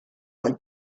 want